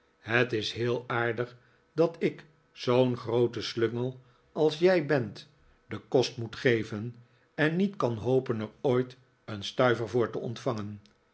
het is heel aardig dat ik zoo'n grooten slungel als jij bent den kost moet geven en niet kan hopen er ooit een stuiver voor te ontvangen